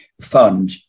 Fund